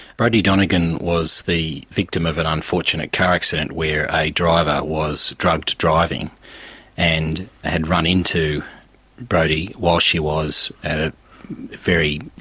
brodie donegan was the victim of an unfortunate car accident where a driver was drugged driving and had run into brodie while she was at a very